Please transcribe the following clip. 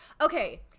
okay